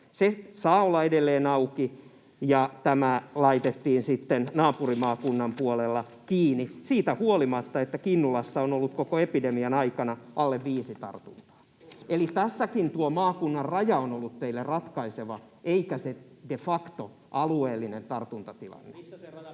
Se saa olla edelleen auki, ja tämä naapurimaakunnan puolella laitettiin kiinni, siitä huolimatta, että Kinnulassa on ollut koko epidemian aikana alle viisi tartuntaa. Eli tässäkin tuo maakunnan raja on ollut teille ratkaiseva eikä de facto alueellinen tartuntatilanne.